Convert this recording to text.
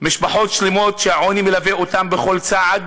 יש משפחות שלמות שהעוני מלווה אותן בכל צעד